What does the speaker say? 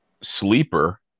Sleeper